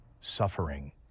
suffering